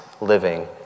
living